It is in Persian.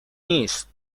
نیست